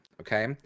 okay